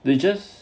they just